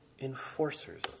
enforcers